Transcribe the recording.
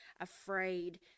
afraid